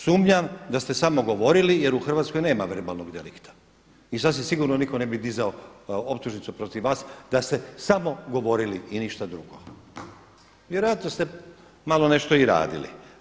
Sumnjam da ste samo govorili jer u Hrvatskoj nema verbalnog delikta i sasvim sigurno nitko ne bi dizao optužnicu protiv vas da ste samo govorili i ništa drugo, vjerojatno ste malo nešto i radili.